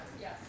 yes